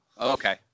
Okay